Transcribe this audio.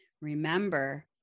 Remember